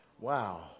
Wow